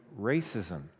racism